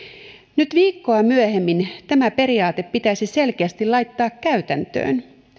nyt viikkoa myöhemmin tämä periaate pitäisi selkeästi laittaa käytäntöön